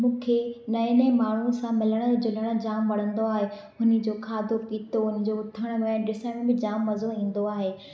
मूंखे नए नए माण्हुनि सां मिलणु जुलणु जाम वणंदो आहे हुननि जो खाधो पीतो हुननि जो उथणु वेहणु ॾिसण में जाम मज़ो ईंदो आहे